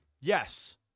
Yes